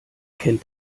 kennt